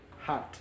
heart